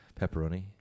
Pepperoni